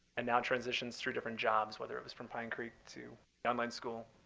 and now transitions through different jobs, whether it was from pine creek to the online school,